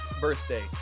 birthday